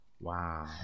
Wow